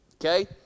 okay